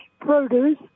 produce